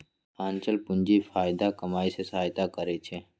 आंचल पूंजी फयदा कमाय में सहयता करइ छै